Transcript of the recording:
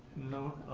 no,